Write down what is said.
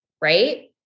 right